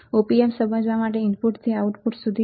Op amp સમજવા માટે ઇનપુટથી આઉટપુટ સુધી